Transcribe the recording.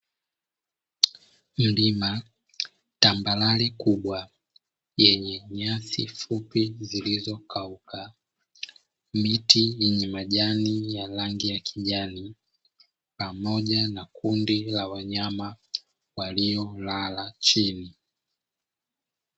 Mlima, tambarare kubwa yenye nyasi fupi zilizokauka, miti yenye majani ya rangi ya kijani pamoja na kundi la wanyama waliolala chini.